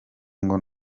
ngo